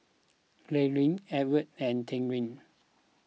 Glynda Edwin and Terrill